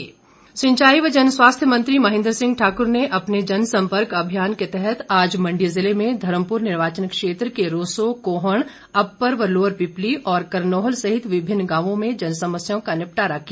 महेन्द्र सिंह सिंचाई व जनस्वास्थ्य मंत्री महेन्द्र सिंह ठाकुर ने अपने जनसंपर्क अभियान के तहत आज मण्डी जिले में धर्मपुर निर्वाचन क्षेत्र के रोसो कोहण अपर व लोअर पिपली और करनोहल सहित विभिन्न गांवों में जनसमस्याओं का निपटारा किया